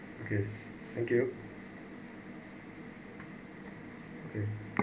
okay thank you mm